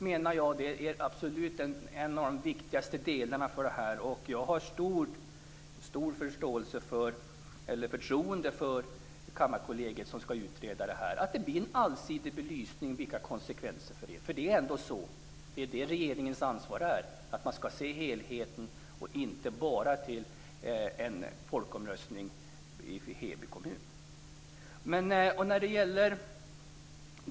Detta är absolut en av de viktigaste delarna i detta. Jag har stort förtroende för Kammarkollegiet som skall göra utredningen när det gäller en allsidig belysning av vilka konsekvenserna blir. Regeringens ansvar är att se till helheten och inte bara till ett folkomröstningsresultat i Heby kommun.